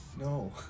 No